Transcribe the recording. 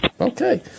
okay